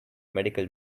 medical